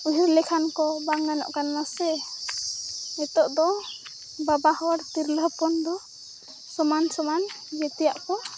ᱩᱭᱦᱟᱹᱨ ᱞᱮᱠᱷᱟᱱ ᱠᱚ ᱵᱟᱝ ᱜᱟᱱᱚᱜ ᱠᱟᱱᱟ ᱥᱮ ᱱᱤᱛᱳᱜ ᱫᱚ ᱵᱟᱵᱟ ᱦᱚᱲ ᱛᱤᱨᱞᱟᱹ ᱦᱚᱯᱚᱱ ᱫᱚ ᱥᱚᱢᱟᱱ ᱥᱚᱢᱟᱱ ᱡᱮᱛᱮᱭᱟᱜ ᱠᱚ